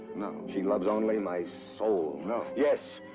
no she loves only my soul. no yes!